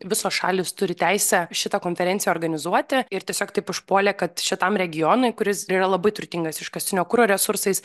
visos šalys turi teisę šitą konferenciją organizuoti ir tiesiog taip išpuolė kad šitam regionui kuris yra labai turtingas iškastinio kuro resursais